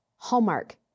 Hallmark